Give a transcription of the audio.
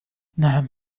نعم